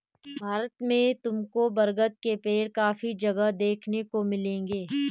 भारत में तुमको बरगद के पेड़ काफी जगह देखने को मिलेंगे